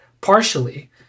partially